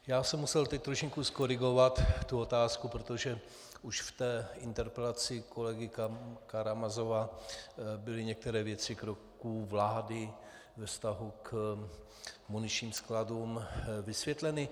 Já jsem musel teď trošinku zkorigovat tu otázku, protože už v interpelaci kolegy Karamazova byly některé věci kroků vlády ve vztahu k muničním skladům vysvětleny.